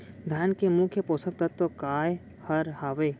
धान के मुख्य पोसक तत्व काय हर हावे?